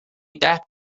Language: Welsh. depp